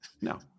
No